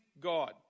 God